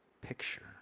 picture